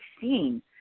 seen